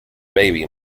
baby